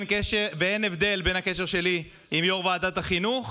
ואין הבדל בין הקשר שלי עם יו"ר ועדת החינוך